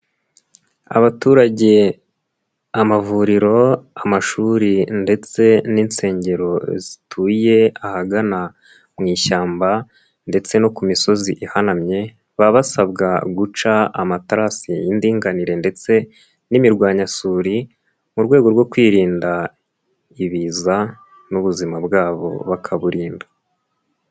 Abaturage, amavuriro, amashuri ndetse n'insengero zituye ahagana mu ishyamba ndetse no ku misozi ihanamye, baba basabwa guca amaterasi y'indinganire ndetse n'imirwanyasuri mu rwego rwo kwirinda ibiza n'ubuzima bwabo bakaburinda.